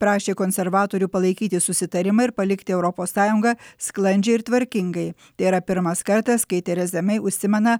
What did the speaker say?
prašė konservatorių palaikyti susitarimą ir palikti europos sąjungą sklandžiai ir tvarkingai tai yra pirmas kartas kai tereza mei užsimena